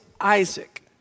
Isaac